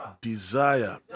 desire